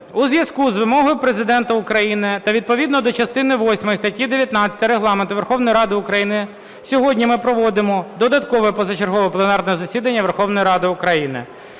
У зв'язку з вимогою Президента України та відповідно до частини восьмої статті 19 Регламенту Верховної Ради України сьогодні ми проводимо додаткове позачергове пленарне засідання Верховної Ради України.